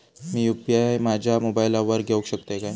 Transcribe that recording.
मी UPI माझ्या मोबाईलावर घेवक शकतय काय?